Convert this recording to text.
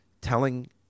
telling